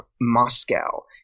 Moscow